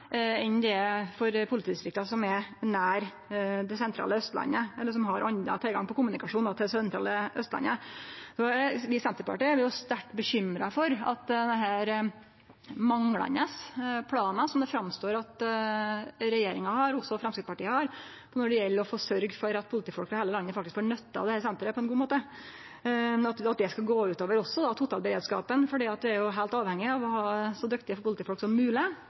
enn det er for politidistrikta som er nær det sentrale Austlandet, eller som har anna tilgang på kommunikasjon til det sentrale Austlandet. Vi i Senterpartiet er sterkt bekymra for at denne manglande planen, som det regjeringa og Framstegspartiet har når det gjeld å sørgje for at politifolk i heile landet faktisk får nytte av dette senteret på ein god måte, skal gå utover totalberedskapen. Ein er jo heilt avhengig av å ha så dyktige politifolk som mogeleg, så godt trente politifolk som